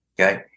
Okay